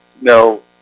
No